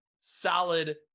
solid